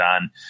on